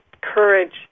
courage